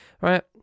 right